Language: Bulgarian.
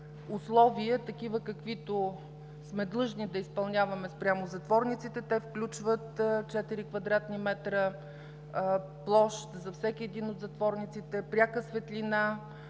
условия, каквито сме длъжни да изпълняваме спрямо затворниците, а те включват 4 кв. м площ за всеки един от затворниците, пряка светлина,